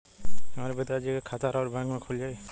हमरे पिता जी के खाता राउर बैंक में खुल जाई?